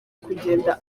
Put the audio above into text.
kugenda